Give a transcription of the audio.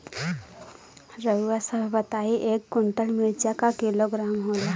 रउआ सभ बताई एक कुन्टल मिर्चा क किलोग्राम होला?